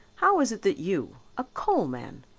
how is it that you, a coal man,